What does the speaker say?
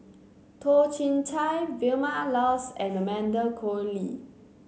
Toh Chin Chye Vilma Laus and Amanda Koe Lee